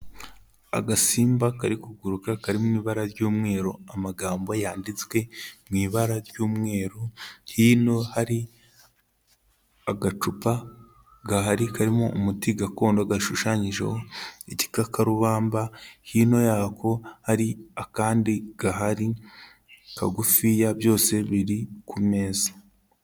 Agasimba kari kuguruka kari mu ibara ry'umweru. Amagambo yanditswe mu ibara ry'umweru, hino hari agacupa gahari karimo umuti gakondo gashushanyijeho igikakarubamba, hino yako hari akandi gahari kagufiya byose biri ku meza.